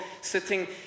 sitting